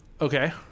Okay